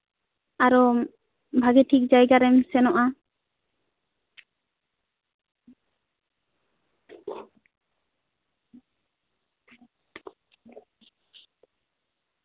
ᱟᱨᱚ ᱵᱷᱟᱜᱮᱴᱷᱤᱠ ᱡᱟᱭᱜᱟ ᱨᱮᱢ ᱥᱮᱱᱚᱜᱼᱟ